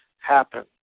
happen